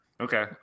Okay